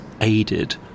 aided